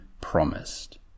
promised